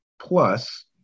plus